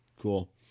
Cool